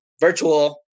virtual